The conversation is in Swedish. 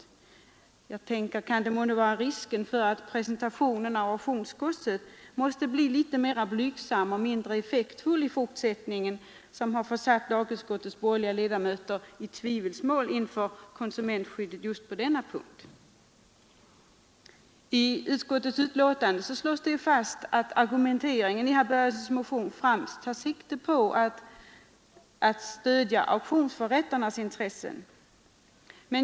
Om jag ville vara litet skämtsam skulle jag kunna undra om det månne kan vara risken för att presentationen av auktionsgodset skall behöva bli mera blygsam och mindre effektfull i fortsättningen som försatt lagutskottets borgerliga ledamöter i tvivelsmål inför konsumentskyddet på denna punkt. I utskottets utlåtande slås det fast att argumenteringen i herr ' Börjessons motion främst tar sikte på att stödja auktionsförrättarnas intressen.